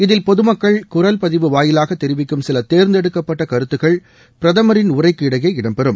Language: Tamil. இதில் பொதுமக்கள் குரல் பதிவு வாயிலாக தெரிவிக்கும் சில தேர்ந்தெடுக்கப்பட்ட கருத்துகள் பிரதமரின் உரைக்கு இடையே இடம்பெறும்